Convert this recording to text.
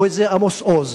או איזה עמוס עוז,